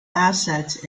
assets